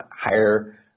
higher